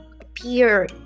appear